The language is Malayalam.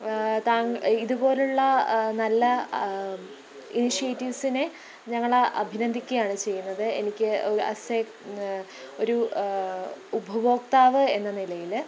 താ ഇതുപോലുള്ള നല്ല ഇനീഷിയേറ്റിവ്സിനെ ഞങ്ങള് അഭിനദ്ധിക്കുകയാണ് ചെയ്യുന്നത് എനിക്ക് ആസ് എ ഒരു ഉപഭോക്താവ് എന്ന നിലയില്